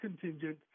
contingent